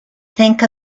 think